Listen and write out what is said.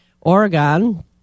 Oregon